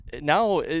now